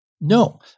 No